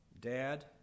dad